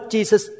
Jesus